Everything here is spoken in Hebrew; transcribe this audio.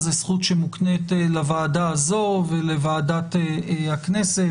זו זכות שמוקנית לוועדה הזו ולוועדת הכנסת,